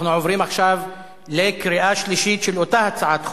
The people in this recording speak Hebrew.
אנחנו עוברים עכשיו לקריאה שלישית של אותה הצעת חוק.